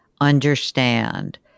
understand